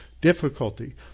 difficulty